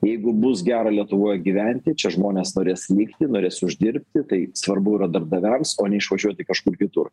jeigu bus gera lietuvoje gyventi čia žmonės norės likti norės uždirbti tai svarbu yra darbdaviams o ne išvažiuoti kažkur kitur